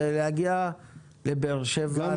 ולהגיע לבאר שבע,